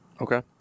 Okay